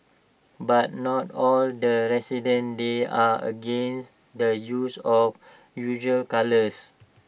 but not all the residents there are against the use of usual colours